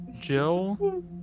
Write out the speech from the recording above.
Jill